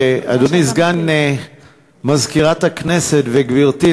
אדוני סגן מזכירת הכנסת וגברתי,